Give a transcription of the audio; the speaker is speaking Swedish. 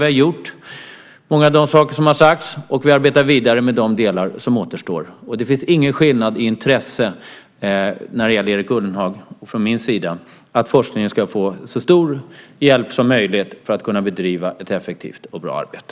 Vi har gjort många av de saker som har sagts, och vi arbetar vidare med de delar som återstår. Det finns ingen skillnad i intresse mellan Erik Ullenhag och mig när det gäller att forskningen ska få så stor hjälp som möjligt för att kunna bedriva ett effektivt och bra arbete.